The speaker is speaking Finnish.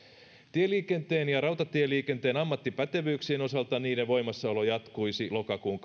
tieliikenteen ja rautatieliikenteen ammattipätevyyksien osalta niiden voimassaolo jatkuisi lokakuun